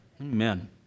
Amen